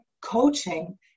coaching